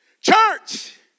Church